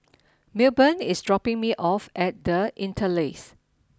Milburn is dropping me off at The Interlace